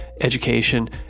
education